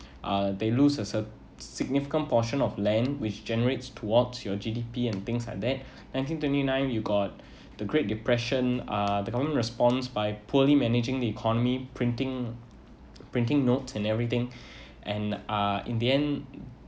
uh they lose a cer~ significant portion of land which generates towards your G_D_P and things like that nineteen twenty nine you got the great depression uh the government response by poorly managing the economy printing printing notes and everything and uh in the end